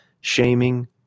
shaming